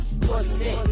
Pussy